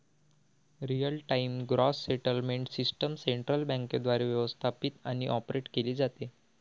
real time gross settlement system central बँकेद्वारे व्यवस्थापित आणि ऑपरेट केली जाते